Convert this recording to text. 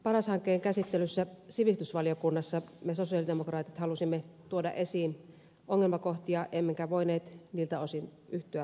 paras hankkeen käsittelyssä sivistysvaliokunnassa me sosialidemokraatit halusimme tuoda esiin ongelmakohtia emmekä voineet niiltä osin yhtyä lausuntoon